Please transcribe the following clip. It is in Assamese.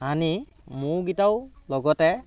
আনি ম'হকেইটাও লগতে